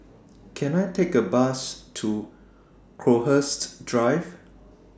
Can I Take A Bus to Crowhurst Drive